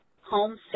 homesick